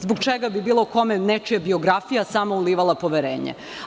Zbog čega bi bilo kome nečija biografija sama ulivala poverenje?